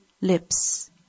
lips